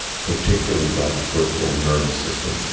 particularly by the peripheral nervous system,